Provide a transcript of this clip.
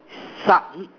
suck